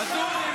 בושה.